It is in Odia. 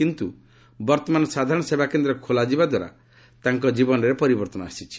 କିନ୍ତୁ ବର୍ତ୍ତମାନ ସାଧାରଣ ସେବାକେନ୍ଦ୍ର ଖୋଲିଯିବା ଦ୍ୱାରା ତାଙ୍କ ଜୀବନରେ ପରିବର୍ତ୍ତନ ଆସିଛି